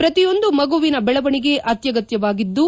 ಪ್ರತಿಯೊಂದು ಮಗುವಿನ ಬೆಳವಣಿಗೆ ಅತ್ಲಗತ್ಲವಾಗಿದ್ದು